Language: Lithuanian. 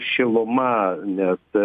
šiluma net